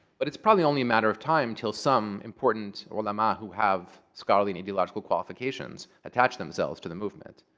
but it's probably only a matter of time until some important ulama who have scholarly and ideological qualifications attach themselves to the movement.